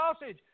sausage